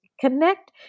connect